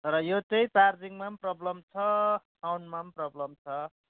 तर यो चाहिँ चार्जिङमा पनि प्रब्लम छ साउन्डमा पनि प्रब्लम छ